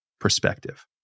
perspective